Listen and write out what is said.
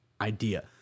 idea